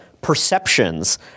perceptions